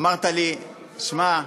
אמרת לי: שמע,